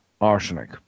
arsenic